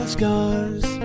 scars